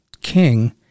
king